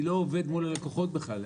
אני לא עובד מול הלקוחות בכלל.